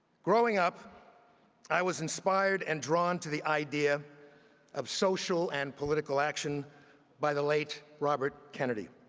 growing up i was inspired and drawn to the idea of social and political action by the late bobby kennedy.